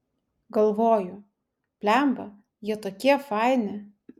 galvoju blemba jie tokie faini